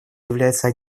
является